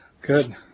Good